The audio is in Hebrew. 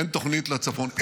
אין תוכנית לצפון,